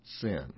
sin